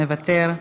מוותר,